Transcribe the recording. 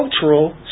cultural